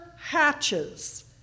hatches